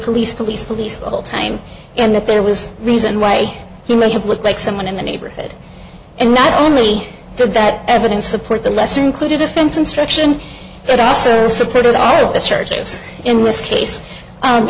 police police police the whole time and that there was reason why he might have looked like someone in the neighborhood and not only the that evidence supports a lesser included offense instruction it also supported all the charges in with case